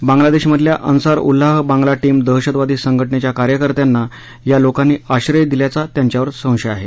बांगलादेशमधल्या Ansarullah Bangla team दहशतवादी संघटनेच्या कार्यकर्त्यांना या लोकांनी आश्रय दिल्याचा त्यांच्यावर संशय आहे